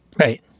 Right